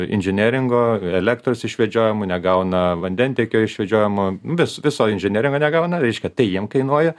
inžineringo elektros išvedžiojimų negauna vandentiekio išvedžiojimo vi viso inžineringo negauna reiškia tai jiem kainuoja